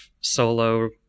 solo